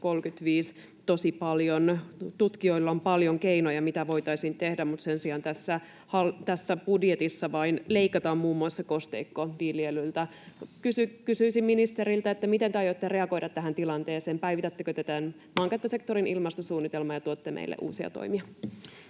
2035 tosi paljon. Tutkijoilla on paljon keinoja, mitä voitaisiin tehdä, mutta sen sijaan tässä budjetissa vain leikataan muun muassa kosteikkoviljelyltä. Kysyisin ministeriltä: Miten te aiotte reagoida tähän tilanteeseen? Päivitättekö te tämän maankäyttösektorin ilmastosuunnitelman ja tuotte meille uusia toimia?